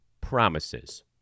promises